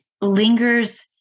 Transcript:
lingers